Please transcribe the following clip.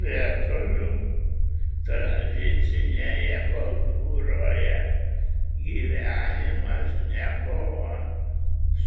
lietuvių tradicinėje kultūroje gyvenimas nebuvo